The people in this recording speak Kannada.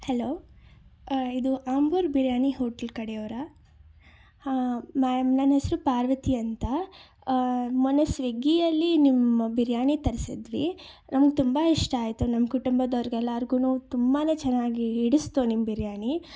ಹೆಲೋ ಇದು ಆಂಬೂರ್ ಬಿರಿಯಾನಿ ಹೋಟ್ಲ್ ಕಡೆಯವರಾ ಹಾಂ ಮ್ಯಾಮ್ ನನ್ನ ಹೆಸರು ಪಾರ್ವತಿ ಅಂತ ಮೊನ್ನೆ ಸ್ವಿಗ್ಗಿಯಲ್ಲಿ ನಿಮ್ಮ ಬಿರಿಯಾನಿ ತರಿಸಿದ್ವಿ ನಮ್ಗೆ ತುಂಬ ಇಷ್ಟ ಆಯಿತು ನಮ್ಮ ಕುಟುಂಬದವ್ರ್ಗೆಲ್ಲರ್ಗು ತುಂಬಾ ಚೆನ್ನಾಗಿ ಹಿಡಿಸ್ತು ನಿಮ್ಮ ಬಿರಿಯಾನಿ